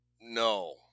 no